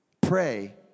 Pray